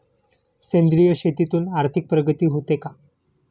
सेंद्रिय शेतीतून आर्थिक प्रगती होते का?